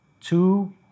Two